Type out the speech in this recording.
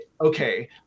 okay